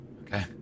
Okay